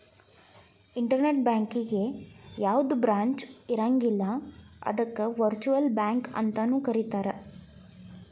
internet ಬ್ಯಾಂಕಿಗೆ ಯಾವ್ದ branch ಇರಂಗಿಲ್ಲ ಅದಕ್ಕ ವರ್ಚುಅಲ್ ಬ್ಯಾಂಕ ಅಂತನು ಕರೇತಾರ